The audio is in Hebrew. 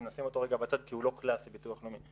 אם נשים אותו רגע בצד כי הוא לא קלאסי ביטוח לאומי,